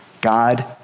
God